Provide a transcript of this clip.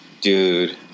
Dude